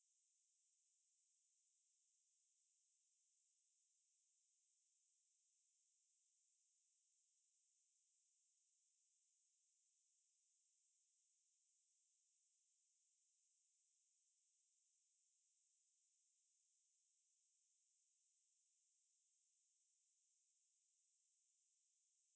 short distance ஓடினேன்:odinen then err I did short distance for about three years I think I always do hundred then sometimes I'll do two hundred but two hundred also rare I hundred